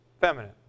feminine